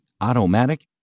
Automatic